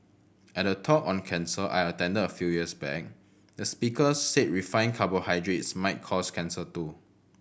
at a talk on cancer I attended a few years back the speaker said refined carbohydrates might cause cancer too